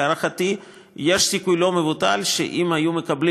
להערכתי יש סיכוי לא מבוטל שאם היו מקבלים